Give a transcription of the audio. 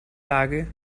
lage